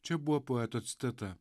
čia buvo poeto citata